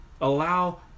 allow